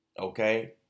okay